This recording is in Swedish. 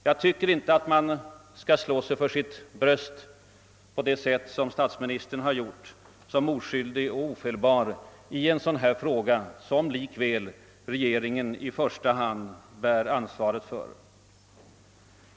Jag tycker inte att man på det sätt som statsministern gjort skall slå sig för sitt bröst och framställa sig som oskyldig och ofelbar i en situation som denna, för vilken det likväl är regeringen som i första hand bär ansvaret.